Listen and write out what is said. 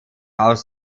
aus